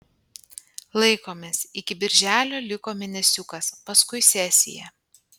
laikomės iki birželio liko mėnesiukas paskui sesija